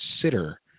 consider